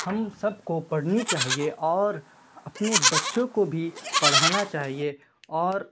ہم سب کو پڑھنی چاہیے اور اپنے بچوں کو بھی پڑھانا چاہیے اور